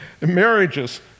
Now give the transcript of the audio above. marriages